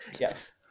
Yes